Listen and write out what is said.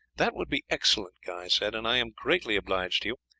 that would be excellent, guy said, and i am greatly obliged to you.